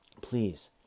please